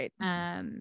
right